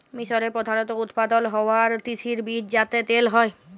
মিসরে প্রধালত উৎপাদল হ্য়ওয়া তিসির বীজ যাতে তেল হ্যয়